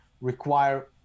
require